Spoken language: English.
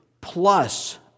plus